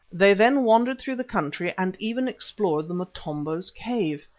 they then wandered through the country and even explored the motombo's cave.